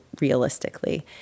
realistically